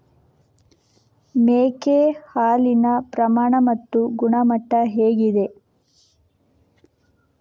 ಮೇಕೆ ಹಾಲಿನ ಪ್ರಮಾಣ ಮತ್ತು ಗುಣಮಟ್ಟ ಹೇಗಿದೆ?